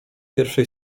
pierwszej